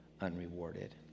unrewarded